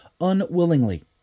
unwillingly